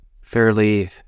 fairly